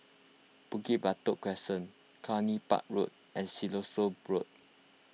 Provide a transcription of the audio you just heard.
Bukit Batok Crescent Cluny Park Road and Siloso Road